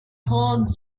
hogs